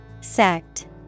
Sect